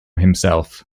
himself